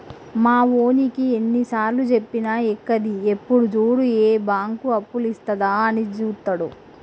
మావోనికి ఎన్నిసార్లుజెప్పినా ఎక్కది, ఎప్పుడు జూడు ఏ బాంకు అప్పులిత్తదా అని జూత్తడు